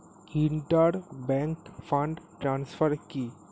Inter bank fund transfer কি?